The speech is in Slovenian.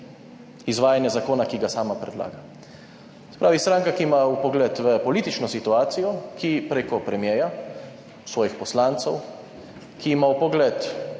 izvajanja zakona, ki ga sama predlaga. Se pravi, stranka, ki ima vpogled v politično situacijo, ki preko premierja, svojih poslancev, ki imajo